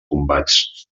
combats